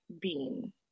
bean